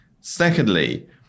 Secondly